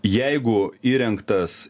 jeigu įrengtas